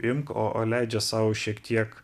imk o o leidžia sau šiek tiek